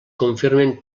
confirmen